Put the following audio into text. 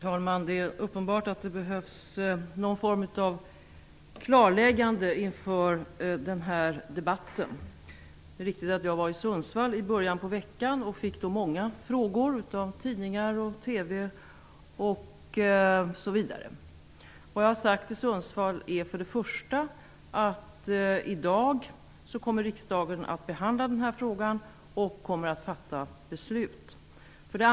Herr talman! Det är uppenbart att det behövs någon form av klarläggande inför den här debatten. Det är riktigt att jag var i Sundsvall i början av veckan. Jag fick då många frågor från tidningar och TV. Det jag sade i Sundsvall var för det första att riksdagen i dag kommer att behandla den här frågan och fatta beslut om den.